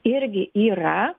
irgi yra